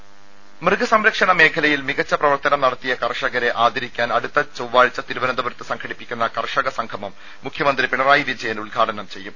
ദേദ മൃഗസംരക്ഷണ മേഖലയിൽ മികച്ച പ്രവർത്തനം നടത്തിയ കർഷകരെ ആദരിക്കാൻ അടുത്ത ചൊവ്വാഴ്ച തിരുവനന്തപുരത്ത് സംഘടിപ്പിക്കുന്ന കർഷക സംഗമം മുഖ്യമന്ത്രി പിണറായി വിജയൻ ഉദ്ഘാടനം ചെയ്യും